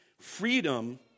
Freedom